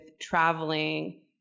traveling